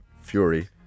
Fury